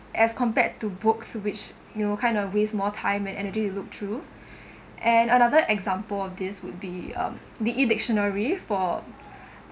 as compared to books which you will kind of waste more time and energy look through and another example of this would be um the E dictionary for